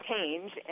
change